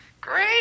Great